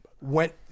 went